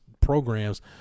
programs